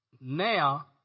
now